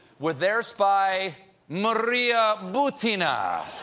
with their spy maria butina.